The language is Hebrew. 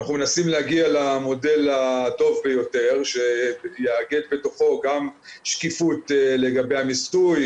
אנחנו מנסים להגיע למודל הטוב ביותר שיאגד בתוכו גם שקיפות לגבי המיסוי,